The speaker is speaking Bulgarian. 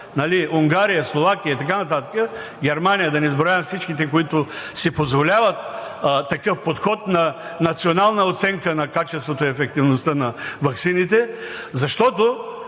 Унгария, Словакия и така нататък, Германия – да не изброявам всичките, които си позволяват такъв подход на национална оценка на качеството и ефективността на ваксините, защото